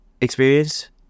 experience